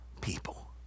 people